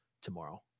tomorrow